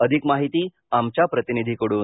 अधिक माहिती आमच्या प्रतिनिधीकडून